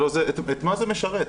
את מה זה משרת?